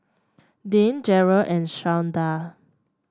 Dane Jerrel and Shawnda